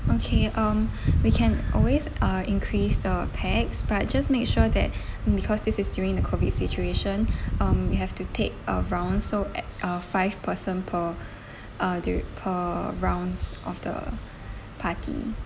okay um we can always uh increase the pax but just make sure that because this is during the COVID situation um you have to take around so at uh five person per uh dur~ per rounds of the party